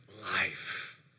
life